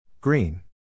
Green